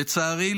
לצערי,